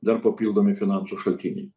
dar papildomi finansų šaltiniai